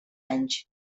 anys